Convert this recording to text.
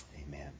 Amen